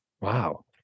Wow